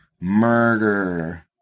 murder